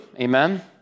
amen